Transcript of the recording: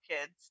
kids